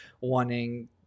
wanting